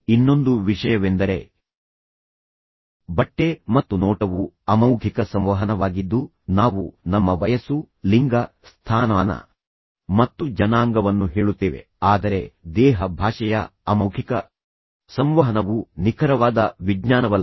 ಇನ್ನೊಂದು ವಿಷಯವೆಂದರೆ ಬಟ್ಟೆ ಮತ್ತು ನೋಟವು ಅಮೌಖಿಕ ಸಂವಹನವಾಗಿದ್ದು ನಾವು ನಮ್ಮ ವಯಸ್ಸು ಲಿಂಗ ಸ್ಥಾನಮಾನ ಮತ್ತು ಜನಾಂಗವನ್ನು ಹೇಳುತ್ತೇವೆ ಆದರೆ ದೇಹ ಭಾಷೆಯ ಅಮೌಖಿಕ ಸಂವಹನವು ನಿಖರವಾದ ವಿಜ್ಞಾನವಲ್ಲ